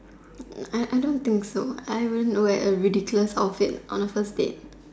I I don't think so I wouldn't wear a ridiculous outfit on a first date